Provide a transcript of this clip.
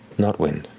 not wind,